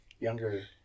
younger